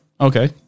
Okay